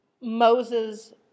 moses